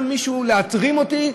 גם להתרים אותי,